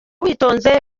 witonze